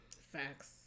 Facts